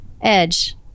edge